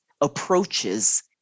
approaches